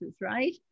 right